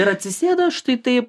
ir atsisėda štai taip